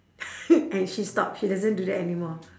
and she stopped she doesn't do that anymore